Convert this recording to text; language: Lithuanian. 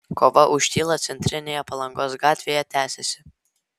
kova už tylą centrinėje palangos gatvėje tęsiasi